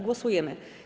Głosujemy.